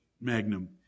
magnum